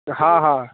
हँ हँ